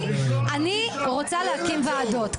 אני רוצה להקים ועדות.